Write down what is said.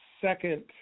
second